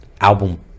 album